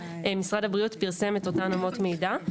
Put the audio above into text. משרד הבריאות פרסם את אותן אמות מידה.